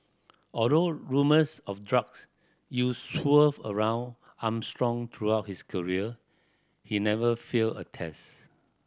although rumours of drugs use swirled around Armstrong throughout his career he never failed a test